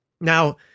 Now